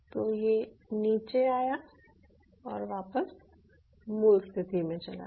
तो यह नीचे आया और वापस मूल स्थिति में चला गया